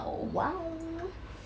!wow!